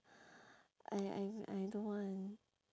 I I I don't want